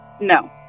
no